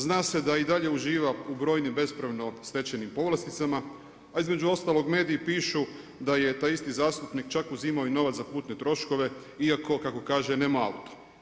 Zna se da i dalje uživa u brojnim bespravno stečenim povlasticama, a između ostalog mediji pišu da je taj isti zastupnik čak uzimao i novac za putne troškove, iako kako kaže nema auto.